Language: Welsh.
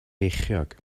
feichiog